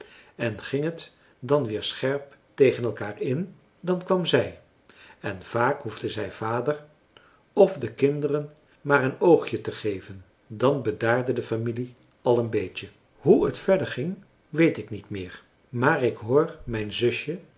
en ging het dan weer scherp tegen elkaar in dan kwam zij en vaak hoefde zij vader of de kinderen maar een oogje te geven dan bedaarde de familie al een beetje hoe het verder ging weet ik niet meer maar ik hoor mijn zusje